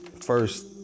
First